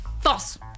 False